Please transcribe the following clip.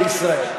יש שר בישראל.